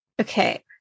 Okay